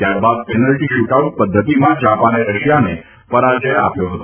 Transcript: ત્યારબાદ penalty shootout પદ્ધતિમાં જાપાને રશિયાને પરાજય આપ્યો હતો